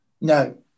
No